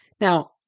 Now